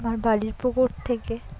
আমার বাড়ির পুকুর থেকে